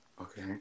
okay